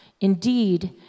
Indeed